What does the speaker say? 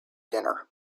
dinner